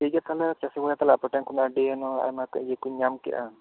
ᱴᱷᱤᱠ ᱜᱮᱭᱟ ᱛᱟᱦᱚᱞᱮ ᱪᱟᱹᱥᱤ ᱵᱚᱭᱦᱟ ᱛᱟᱦᱚᱞᱮ ᱟᱯᱮ ᱴᱷᱮᱱ ᱠᱷᱚᱱ ᱟᱹᱰᱤ ᱜᱟᱱ ᱟᱭᱢᱟ ᱤᱭᱟᱹ ᱠᱚᱧ ᱧᱟᱢ ᱠᱮᱜᱼᱟ